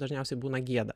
dažniausiai būna gėda